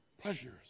Pleasures